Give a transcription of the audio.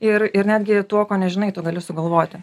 ir ir netgi tuo ko nežinai tu gali sugalvoti